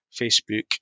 Facebook